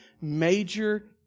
major